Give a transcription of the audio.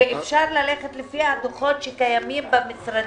ואפשר ללכת לפי הדוחות שקיימים במשרדים,